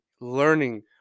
learning